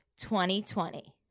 2020